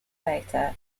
later